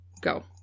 Go